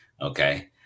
okay